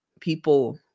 people